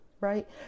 right